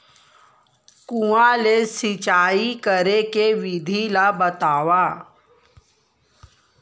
कुआं ले सिंचाई करे के विधि ला बतावव?